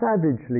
savagely